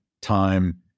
time